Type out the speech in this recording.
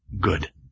good